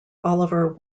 oliver